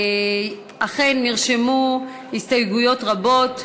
אכן נרשמו הסתייגויות רבות,